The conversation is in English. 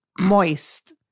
moist